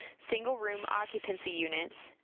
single-room occupancy units,